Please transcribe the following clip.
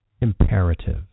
imperative